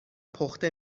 پخته